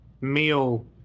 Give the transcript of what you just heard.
meal